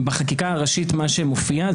בחקיקה הראשית מה שמופיע,